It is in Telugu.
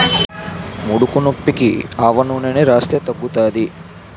ముడుకునొప్పికి ఆవనూనెని రాస్తే తగ్గుతాది